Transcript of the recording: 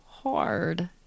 hard